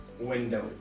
window